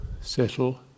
settle